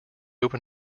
open